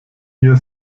ihr